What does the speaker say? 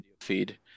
feed